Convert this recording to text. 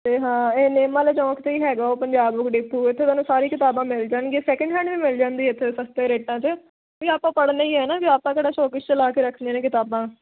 ਅਤੇ ਹਾਂ ਇਹ ਨਿੰਮ ਵਾਲੇ ਚੌਂਕ ਤੇ ਹੀ ਹੈਗਾ ਉਹ ਪੰਜਾਬ ਬੁੱਕ ਡੀਪੂ ਇੱਥੇ ਤੁਹਾਨੂੰ ਸਾਰੀ ਕਿਤਾਬਾਂ ਮਿਲ ਜਾਣਗੀਆਂ ਸੈਕਿੰਡ ਵੀ ਮਿਲ ਜਾਂਦੀ ਇੱਥੇ ਸਸਤੇ ਰੇਟਾਂ 'ਚ ਅਤੇ ਆਪਾਂ ਪੜ੍ਹਨਾ ਹੀ ਹੈ ਨਾ ਵੀ ਆਪਾਂ ਕਿਹੜਾ ਸ਼ੋਕੇਸ਼ 'ਚ ਲਗਾ ਕੇ ਰੱਖਣੀਆਂ ਨੇ ਕਿਤਾਬਾਂ